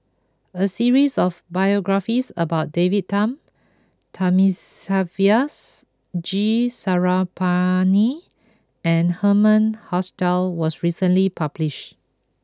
a series of biographies about David Tham Thamizhavels G Sarangapani and Herman Hochstadt was recently published